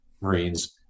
Marines